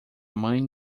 mãe